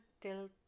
till